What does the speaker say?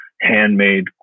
handmade